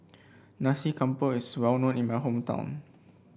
Nasi Campur is well known in my hometown